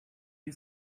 you